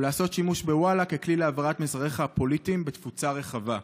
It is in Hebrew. ולעשות שימוש בוואלה ככלי להעברת מסריך הפוליטיים בתפוצה רחבה.